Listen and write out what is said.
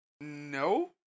No